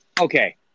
Okay